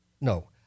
No